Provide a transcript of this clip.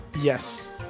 Yes